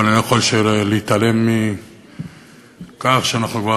אבל אני לא יכול להתעלם מכך שאנחנו כבר